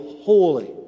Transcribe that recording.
holy